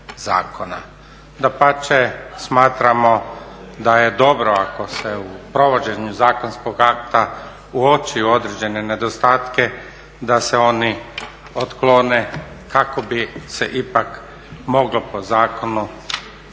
Dapače, smatramo da je dobro ako se u provođenju zakonskog akta uoči određene nedostatke da se oni otklone kako bi se ipak moglo po zakonu nadležna